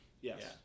Yes